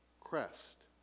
crest